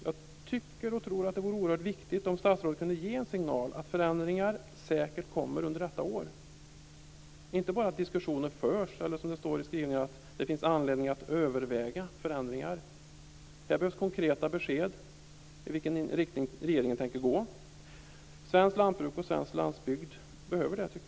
Jag tror att det vore oerhört viktigt om statsrådet kunde ge en signal att förändringar säkert kommer under detta år, och inte bara säga att diskussioner förs, eller som det står i skrivningarna: Det finns anledning att överväga förändringar. Här behövs konkreta besked om i vilken riktning regeringen tänker gå. Svenskt lantbruk och svensk landsbygd behöver det.